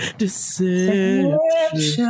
deception